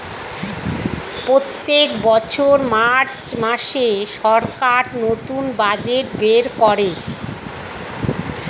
প্রত্যেক বছর মার্চ মাসে সরকার নতুন বাজেট বের করে